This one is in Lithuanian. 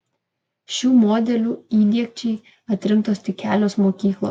šių modelių įdiegčiai atrinktos tik kelios mokyklos